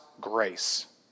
grace